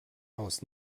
aus